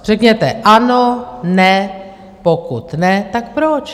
Řekněte ano, ne, pokud ne, tak proč.